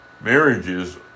marriages